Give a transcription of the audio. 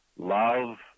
love